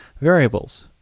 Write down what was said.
variables